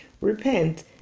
repent